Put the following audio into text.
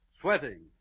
Sweating